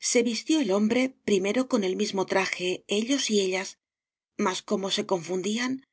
se vistió el hombre primero con el mismo traje ellos y ellas mas como se confundían